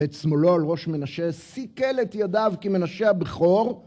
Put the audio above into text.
ואת שמאלו על ראש מנשה שכל את ידיו כי מנשה הבכור